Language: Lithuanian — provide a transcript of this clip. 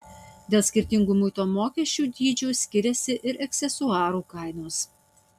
dėl skirtingų muito mokesčių dydžių skiriasi ir aksesuarų kainos